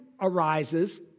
arises